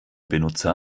benutzer